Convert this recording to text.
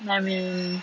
I mean